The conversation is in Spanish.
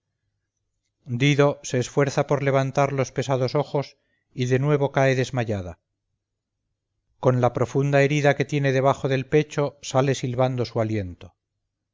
dido se esfuerza por levantar los pesados ojos y de nuevo cae desmayada con la profunda herida que tiene debajo del pecho sale silbando su aliento